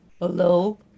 hello